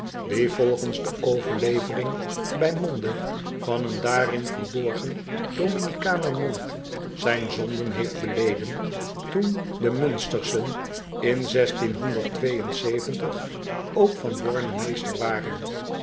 die volgens de overlevering bij monde van een daarin verborgen ominicaner monnik zijn zonden heeft beleden toen de unsterschen in ook van orne meester waren